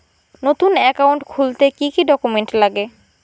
নতুন একাউন্ট খুলতে কি কি ডকুমেন্ট লাগে?